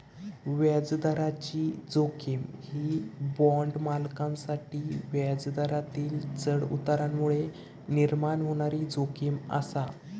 व्याजदराची जोखीम ही बाँड मालकांसाठी व्याजदरातील चढउतारांमुळे निर्माण होणारी जोखीम आसा